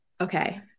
Okay